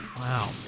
Wow